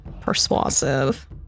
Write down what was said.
persuasive